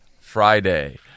Friday